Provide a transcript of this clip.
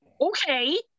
okay